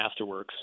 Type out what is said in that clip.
masterworks